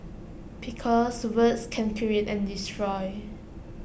because words can create and destroy